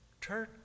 Turn